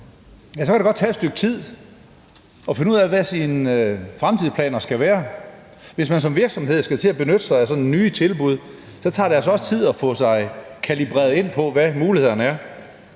kan det godt tage et stykke tid at finde ud af, hvad ens fremtidsplaner skal være. Hvis man som virksomhed skal til at benytte sig af nye tilbud, tager det altså også tid at få sig kalibreret ind på, hvad mulighederne er.